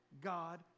God